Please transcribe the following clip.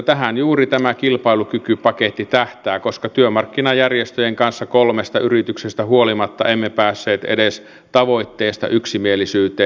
tähän juuri kilpailukykypaketti tähtää koska työmarkkinajärjestöjen kanssa kolmesta yrityksestä huolimatta emme päässeet edes tavoitteesta yksimielisyyteen